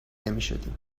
نمیشدیم